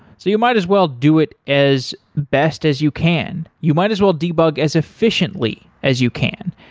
so you might as well do it as best as you can. you might as well debug as efficiently as you can.